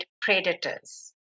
predators